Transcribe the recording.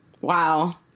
Wow